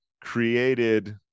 created